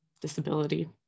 disability